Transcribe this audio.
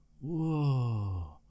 Whoa